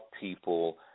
people